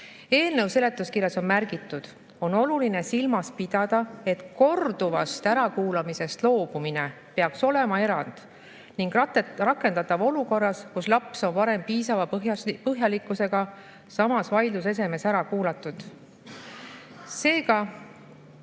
Eelnõu seletuskirjas on märgitud: "On oluline silmas pidada, et korduvast ärakuulamisest loobumine peaks olema erand ning rakendatav olukorras, kus laps on varem piisava põhjalikkusega samas vaidlusesemes ära kuulatud." Anda